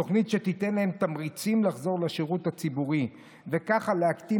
תוכנית שתיתן להם תמריצים לחזור לשירות הציבורי וככה להקטין